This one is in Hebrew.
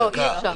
לא, אי-אפשר.